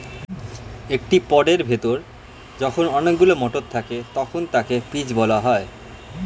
একটি পডের ভেতরে যখন অনেকগুলো মটর থাকে তখন তাকে পিজ বলা হয়